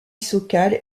sokal